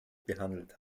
behandelt